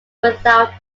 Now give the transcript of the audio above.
without